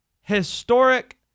historic